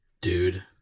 dude